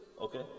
okay